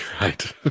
right